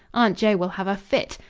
aunt joe will have a fit.